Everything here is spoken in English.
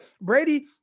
Brady